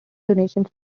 donations